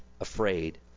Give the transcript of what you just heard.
afraid